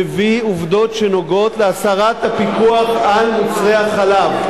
מביא עובדות שנוגעות להסרת הפיקוח על מוצרי החלב,